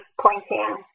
pointing